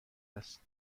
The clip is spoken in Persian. است